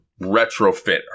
retrofit